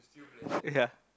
ya